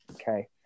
okay